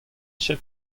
ket